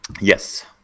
Yes